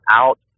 out